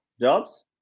jobs